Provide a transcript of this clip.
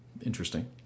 interesting